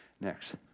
next